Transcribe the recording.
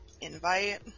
Invite